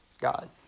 God